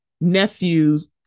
nephew's